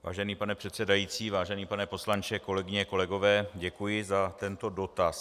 Vážený pane předsedající, vážený pane poslanče, kolegyně, kolegové, děkuji za tento dotaz.